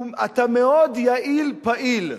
אתה מאוד יעיל פעיל.